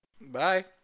Bye